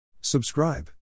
Subscribe